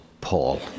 Paul